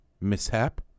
mishap